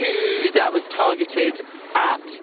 who that was targeted at.